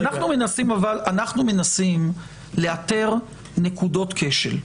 אנחנו מנסים לאתר נקודות כשל,